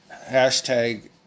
Hashtag